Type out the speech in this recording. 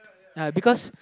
uh because